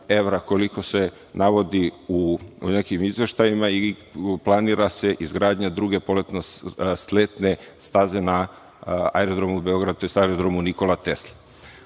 koliko se navodi u nekim izveštajima, i planira se izgradnja druge poletno-sletne staze na aerodromu Beograd tj. aerodromu „Nikola Tesla“:Ova